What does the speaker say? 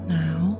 now